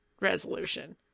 Resolution